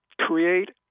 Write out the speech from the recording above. create